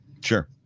sure